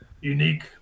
unique